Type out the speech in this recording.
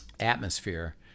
atmosphere